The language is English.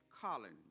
Collins